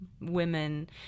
women